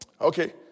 Okay